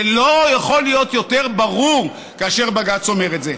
זה לא יכול להיות יותר ברור מאשר כשבג"ץ אומר את זה.